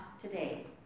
today